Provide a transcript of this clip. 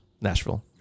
Nashville